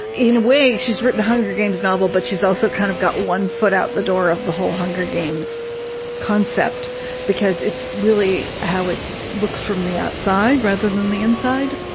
in a way, she's written hunger games novel, but she's also kind of got one foot out the door of the whole hunger games concept because it's really how it looks from the outside rather than the inside,